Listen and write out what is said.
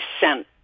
sent